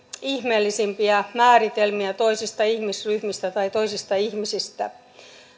ihmeellisimpiä määritelmiä toisista ihmisryhmistä tai toisista ihmisistä